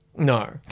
No